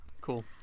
cool